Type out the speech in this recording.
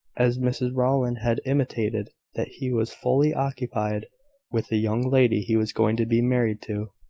as mrs rowland had intimated that he was fully occupied with the young lady he was going to be married to.